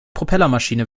propellermaschine